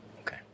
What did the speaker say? Okay